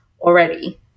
already